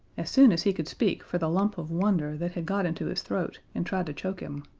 as soon as he could speak for the lump of wonder that had got into his throat and tried to choke him,